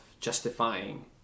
justifying